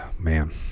Man